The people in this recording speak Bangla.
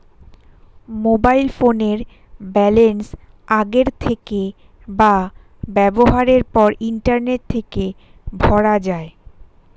মোবাইল ফোনের ব্যালান্স আগের থেকে বা ব্যবহারের পর ইন্টারনেট থেকে ভরা যায়